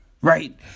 right